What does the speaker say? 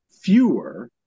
fewer